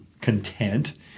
content